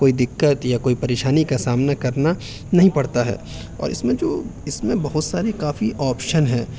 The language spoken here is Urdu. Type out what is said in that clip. کوئی دقت یا کوئی پریشانی کا سامنے کرنا نہیں پڑتا ہے اور اس میں جو اس میں بہت ساری کافی آپشن ہیں